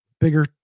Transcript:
bigger